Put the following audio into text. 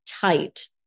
tight